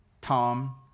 Tom